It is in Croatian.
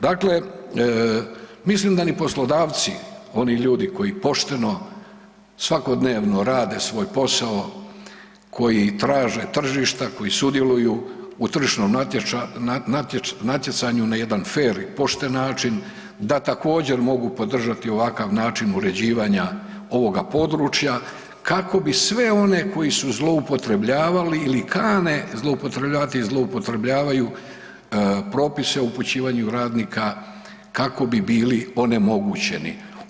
Dakle, mislim da ni poslodavci, oni ljudi koji pošteno, svakodnevno rade svoj posao, koji traže tržišta, koji sudjeluju u tržišnom natjecanju na jedan fer i pošten način da također mogu podržati ovakav način uređivanja ovoga područja kako bi sve one koji su zloupotrebljavali ili kane zloupotrebljavati i zloupotrebljavaju propise o upućivanju radnika kako bi bili onemogućeni.